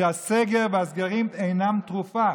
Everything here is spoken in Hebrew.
שהסגרים אינם תרופה.